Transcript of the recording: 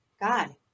God